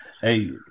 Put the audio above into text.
Hey